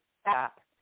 stop